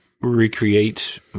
recreate